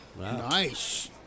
Nice